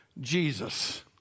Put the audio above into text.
Jesus